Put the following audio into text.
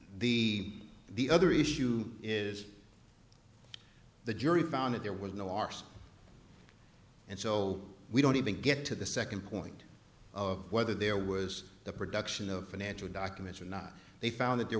the the other issue is the jury found that there was no arson and so we don't even get to the second point of whether there was the production of financial documents or not they found that there